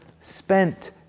spent